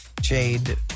Jade